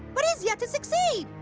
but he's yet to succeed.